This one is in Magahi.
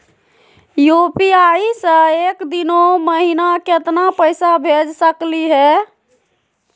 यू.पी.आई स एक दिनो महिना केतना पैसा भेज सकली हे?